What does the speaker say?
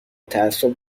تعصب